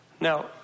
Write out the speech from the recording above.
Now